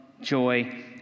joy